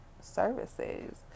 services